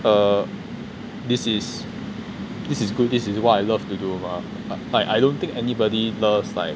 uh this is this is good this is what I love to do mah but I don't think anybody loves like